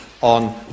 on